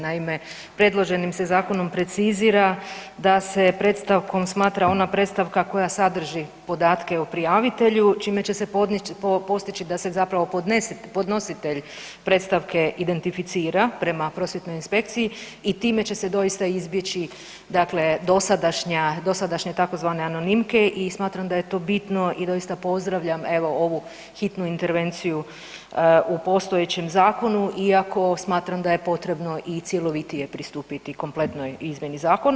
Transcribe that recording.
Naime, predloženim se zakon precizira da se predstavkom smatra ona predstavka koja sadrži podatke o prijavitelju, čime će se postići da se zapravo podnositelj predstavke identificira prema prosvjetnoj inspekciji i time će se doista izbjeći dakle dosadašnja tzv. anonimke i smatram da je to bitno i doista pozdravljam evo ovu hitnu intervenciju u postojećem zakonu iako smatram da je potrebno i cjelovitije pristupiti kompletnoj izmjeni zakona.